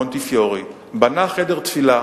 מונטיפיורי בנה חדר תפילה,